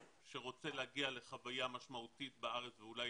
שרוצה להגיע לחוויה משמעותית לארץ ואולי